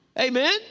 Amen